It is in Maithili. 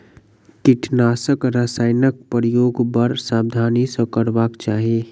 कीटनाशक रसायनक प्रयोग बड़ सावधानी सॅ करबाक चाही